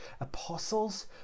apostles